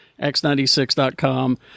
X96.com